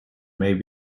may